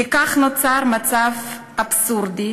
כך נוצר מצב אבסורדי,